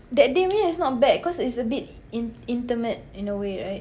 that day punya is not bad cause it's a bit in~ intimate in a way right